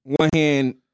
one-hand